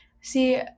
see